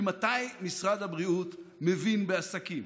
ממתי משרד הבריאות מבין בעסקים?